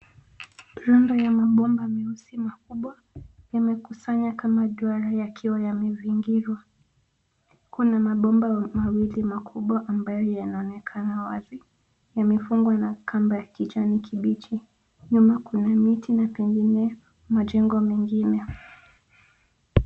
Miundo ya mabomba meusi makubwa yamekusanywa kama duara yakiwa yamezingirwa. Kuna mabomba mawili makubwa ambayo yanaonekana wazi, yamefungwa na kamba ya kijani kibichi. Nyuma kuna miti na pengine majengo mengine.